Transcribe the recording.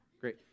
Great